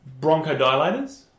bronchodilators